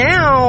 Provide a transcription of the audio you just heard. Now